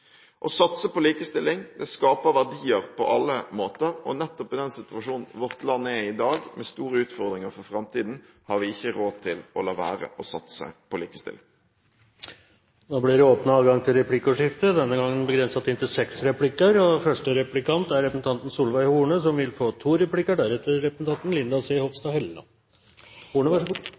Å satse på likestilling skaper verdier på alle måter, og nettopp i den situasjonen vårt land er i dag – med store utfordringer for framtiden – har vi ikke råd til å la være å satse på likestilling. Det blir åpnet for replikkordskifte. Statsråden startet sitt innlegg med å vise til